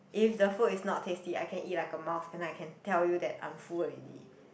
if the food is not tasty I can eat like a mouse then I can tell you that I'm full already